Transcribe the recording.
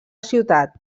ciutat